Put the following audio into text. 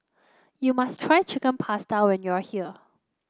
you must try Chicken Pasta when you are here